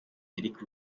eric